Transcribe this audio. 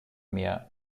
mehr